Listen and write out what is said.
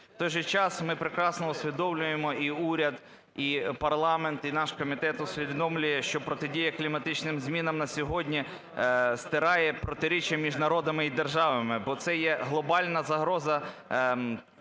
В той же час ми прекрасно усвідомлюємо: і уряд, і парламент, і наш комітет усвідомлює, що протидія кліматичним змінам на сьогодні стирає протиріччя між народами і державами, бо це є глобальна загроза.